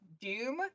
Doom